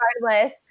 regardless